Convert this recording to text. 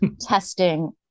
Testing